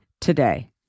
today